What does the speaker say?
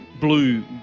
blue